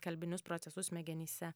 kalbinius procesus smegenyse